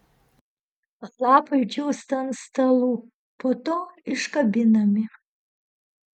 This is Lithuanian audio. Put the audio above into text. lapai džiūsta ant stalų po to iškabinami